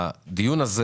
הדיון הזה